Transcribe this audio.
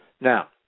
Now